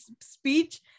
speech